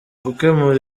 gukemura